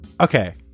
okay